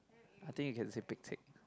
I think you can say pek-chek